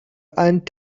and